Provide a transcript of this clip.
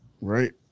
Right